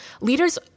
Leaders